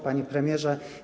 Panie Premierze!